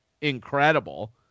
incredible